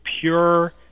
pure